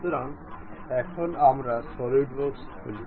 সুতরাং এখন আমরা সলিডওয়ার্কস খুলি